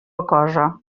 cosa